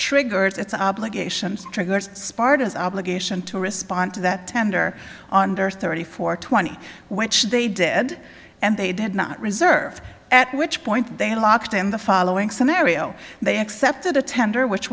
triggers its obligations triggers sparta's obligation to respond to that tender on der thirty four twenty which they did and they did not reserve at which point they locked in the following scenario they accepted a tender which